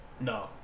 No